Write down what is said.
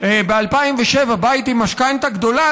ב-2007 בית עם משכנתה גדולה,